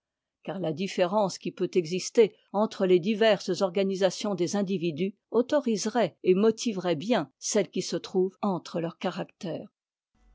car ia différence qui peut exister entre lès diverses organisations des individus autoriserait et motiverait bien celle qui se trouve entre leurs caractères